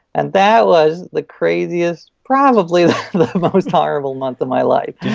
and that was the craziest, probably the most horrible month of my life.